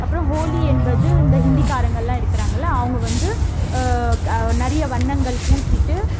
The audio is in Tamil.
அப்புறம் ஹோலி என்பது இந்த இந்திக்காரங்கெல்லாம் இருக்கிறாங்கள்ல அவங்க வந்து க நிறைய வண்ணங்கள் பூசிகிட்டு